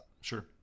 Sure